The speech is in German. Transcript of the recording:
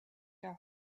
der